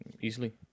easily